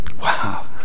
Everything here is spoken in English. Wow